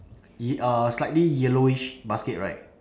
ye~ uh slightly yellowish basket right